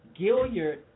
Gilliard